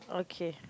okay